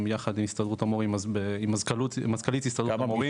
יחד עם הסתדרות המורים, עם מזכ"לית הסדרות המורים.